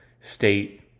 State